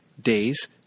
days